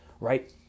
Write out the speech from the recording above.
right